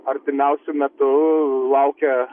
artimiausiu metu laukia